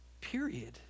Period